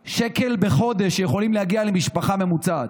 כ-1,000 שקל בחודש, זה יכול להגיע, למשפחה ממוצעת,